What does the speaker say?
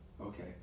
Okay